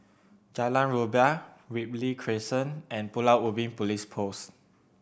Jalan Rumbia Ripley Crescent and Pulau Ubin Police Post